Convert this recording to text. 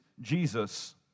Jesus